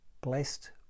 blessed